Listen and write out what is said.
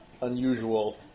unusual